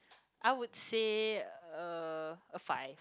I would say uh a five